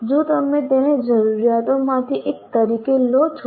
જો તમે તેને જરૂરિયાતોમાંથી એક તરીકે લો છો